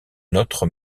notre